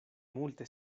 multe